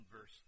verse